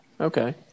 Okay